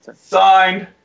Signed